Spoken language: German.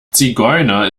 zigeuner